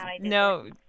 No